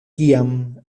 kiam